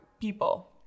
people